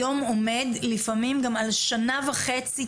היום עומד לפעמים על שנה וחצי,